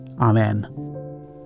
Amen